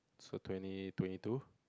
so twenty twenty two